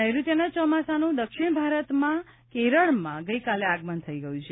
નૈઋત્યના ચોમાસાનું દક્ષિણ ભારતનાં કેરળમાં ગઇકાલે આગમન થઇ ગયું છે